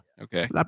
Okay